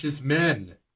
Men